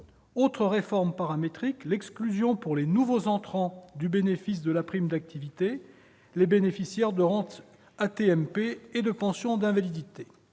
Autre réforme paramétrique, l'exclusion pour les « nouveaux entrants » du bénéfice de la prime d'activité : les bénéficiaires de rentes accidents du travail